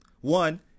One